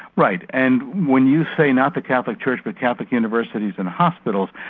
right. and when you say not the catholic church but catholic universities and hospitals,